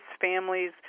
Families